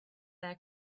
their